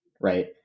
right